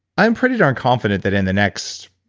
i'm pretty darn confidence that in the next,